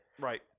Right